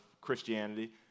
Christianity